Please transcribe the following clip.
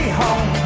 home